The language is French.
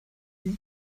lee